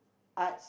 Arts